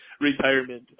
retirement